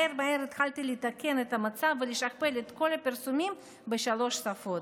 מהר מהר התחלתי לתקן את המצב ולשכפל את כל הפרסומים בשלוש שפות: